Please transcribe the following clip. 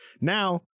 Now